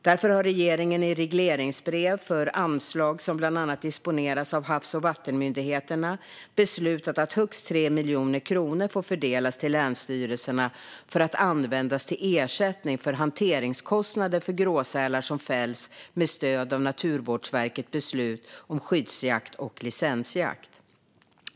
Därför har regeringen i regleringsbrev för anslag som bland annat disponeras av Havs och vattenmyndigheten beslutat att högst 3 miljoner kronor får fördelas till länsstyrelserna för att användas till ersättning för hanteringskostnader för gråsälar som fälls med stöd av Naturvårdsverkets beslut om skyddsjakt och licensjakt.